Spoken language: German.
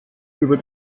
über